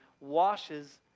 washes